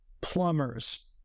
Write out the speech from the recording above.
Plumbers